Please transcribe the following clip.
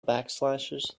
backslashes